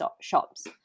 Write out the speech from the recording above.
shops